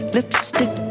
Lipstick